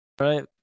Right